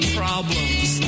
problems